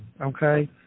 okay